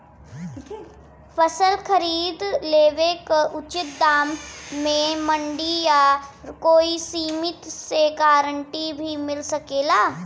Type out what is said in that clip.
फसल खरीद लेवे क उचित दाम में मंडी या कोई समिति से गारंटी भी मिल सकेला?